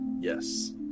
Yes